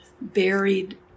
buried